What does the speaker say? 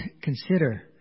consider